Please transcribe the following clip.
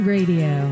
Radio